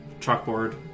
chalkboard